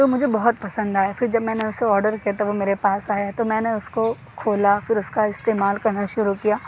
تو مجھے بہت پسند آیا پھر جب میں نے اُسے آڈر کیا تو وہ میرے پاس آیا تو میں نے اُس کو کھولا پھر اُس کا استعمال کرنا شروع کیا